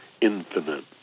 infinite